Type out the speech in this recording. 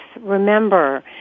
Remember